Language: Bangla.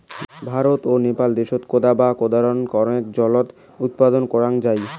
ভারত ও নেপাল দ্যাশত কোদা বা কোদরা কণেক জলের তানে উৎপাদন করাং যাই